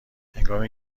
هنگامی